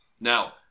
Now